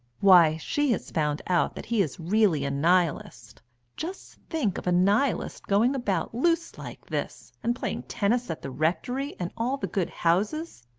why, she has found out that he is really a nihilist just think of a nihilist going about loose like this, and playing tennis at the rectory and all the good houses!